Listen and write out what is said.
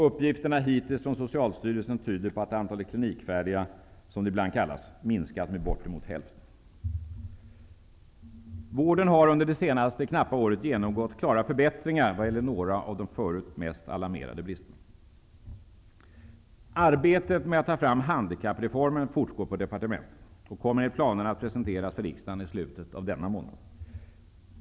Uppgifterna hittills från Socialstyrelsen tyder på att antalet klinikfärdiga patienter, som de ibland kallas, har minskat med bortemot hälften. Vården har under det senaste knappa året genomgått klara förbättringar vad gäller några av de förut mest alarmerande bristerna. Arbetet med att ta fram handikappreformen fortgår på departementet och kommer enligt planerna att presenteras för riksdagen i slutet av denna månad.